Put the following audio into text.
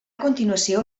continuació